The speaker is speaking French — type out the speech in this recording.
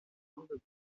robe